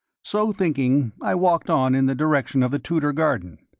so thinking. i walked on in the direction of the tudor garden.